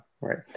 right